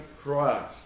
Christ